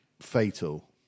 fatal